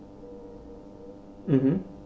mmhmm